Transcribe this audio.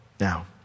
Now